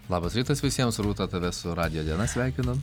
labas rytas visiems rūta tave su radijo diena sveikinu